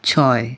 ছয়